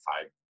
five